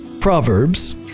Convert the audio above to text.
Proverbs